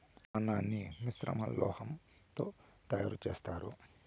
నాణాన్ని మిశ్రమ లోహం తో తయారు చేత్తారు